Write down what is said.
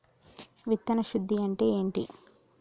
విత్తన శుద్ధి అంటే ఏంటి?